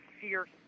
fierce